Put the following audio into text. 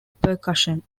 percussion